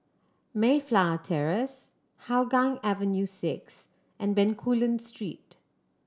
Mayflower Terrace Hougang Avenue Six and Bencoolen Street